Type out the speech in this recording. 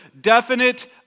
definite